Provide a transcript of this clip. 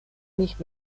nicht